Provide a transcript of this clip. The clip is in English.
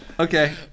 Okay